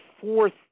fourth